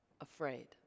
afraid